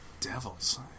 Devils